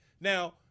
Now